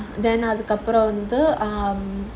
uh uncle ya then uh அதுக்கு அப்புறம் வந்து:adhuku appuram vandhu um